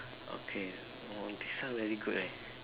okay oh this one very good eh